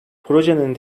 projenin